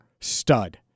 stud